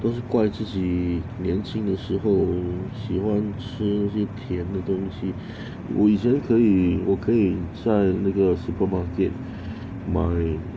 都是怪自己年轻的时候喜欢吃那些甜的东西我以前可以我可以在那个 supermarket 买